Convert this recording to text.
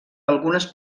algunes